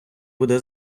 буде